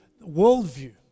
worldview